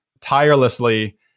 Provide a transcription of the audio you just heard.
tirelessly